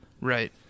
Right